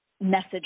message